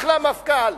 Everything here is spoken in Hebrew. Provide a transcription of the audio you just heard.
אחלה מפכ"ל.